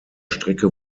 strecke